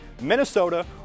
Minnesota